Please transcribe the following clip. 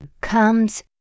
comes